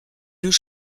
deux